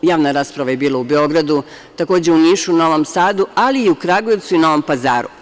Javna rasprava je bila u Beogradu, takođe u Nišu, Novom Sadu, ali i u Kragujevcu i Novom Pazaru.